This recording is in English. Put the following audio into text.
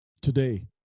today